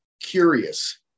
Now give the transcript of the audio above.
curious